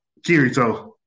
Kirito